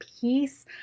peace